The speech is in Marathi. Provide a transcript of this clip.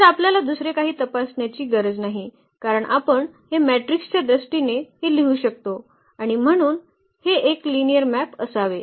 तर आपल्याला दुसरे काही तपासण्याची गरज नाही कारण आपण हे मॅट्रिक्सच्या दृष्टीने हे लिहू शकतो आणि म्हणून हे एक लिनिअर मॅप असावे